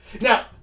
Now